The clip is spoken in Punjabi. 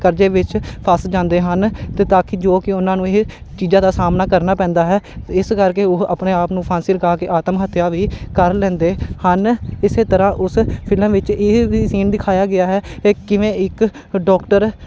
ਕਰਜ਼ੇ ਵਿੱਚ ਫਸ ਜਾਂਦੇ ਹਨ ਅਤੇ ਤਾਂ ਕਿ ਜੋ ਕਿ ਉਹਨਾਂ ਨੂੰ ਇਹ ਚੀਜ਼ਾਂ ਦਾ ਸਾਹਮਣਾ ਕਰਨਾ ਪੈਂਦਾ ਹੈ ਇਸ ਕਰਕੇ ਉਹ ਆਪਣੇ ਆਪ ਨੂੰ ਫਾਂਸੀ ਲਗਾ ਕੇ ਆਤਮ ਹੱਤਿਆ ਵੀ ਕਰ ਲੈਂਦੇ ਹਨ ਇਸ ਤਰ੍ਹਾਂ ਉਸ ਫਿਲਮ ਵਿੱਚ ਇਹ ਵੀ ਸੀਨ ਦਿਖਾਇਆ ਗਿਆ ਹੈ ਕਿ ਕਿਵੇਂ ਇੱਕ ਡੋਕਟਰ